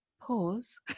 pause